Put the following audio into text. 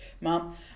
mom